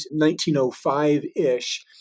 1905-ish